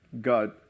God